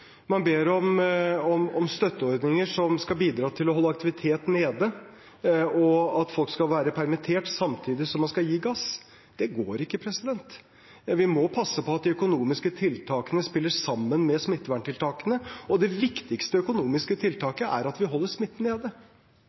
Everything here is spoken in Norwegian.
støtteordninger som skal bidra til å holde aktivitet nede, og at folk skal være permittert, samtidig som man skal gi gass. Det går ikke. Vi må passe på at de økonomiske tiltakene spiller sammen med smitteverntiltakene, og det viktigste økonomiske tiltaket er at vi holder smitten nede.